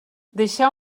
deixeu